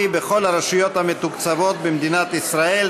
בכל הרשויות המתוקצבות במדינת ישראל),